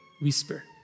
whisper